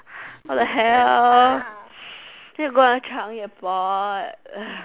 what the hell need to go until Changi Airport